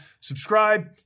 subscribe